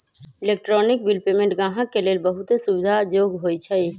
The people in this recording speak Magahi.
इलेक्ट्रॉनिक बिल पेमेंट गाहक के लेल बहुते सुविधा जोग्य होइ छइ